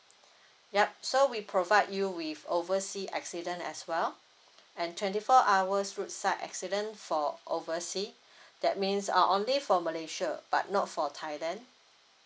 yup so we provide you with oversea accident as well and twenty four hours road side accident for oversea that means uh only for malaysia but not for thailand